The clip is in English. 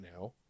now